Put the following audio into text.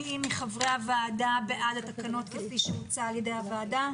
מי מחברי הוועדה בעד התקנות כפי שהוצע על ידי הוועדה?